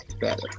better